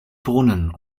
brunnen